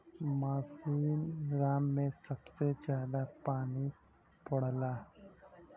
मासिनराम में सबसे जादा पानी पड़ला